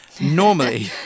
normally